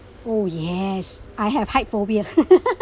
oh yes I have height phobia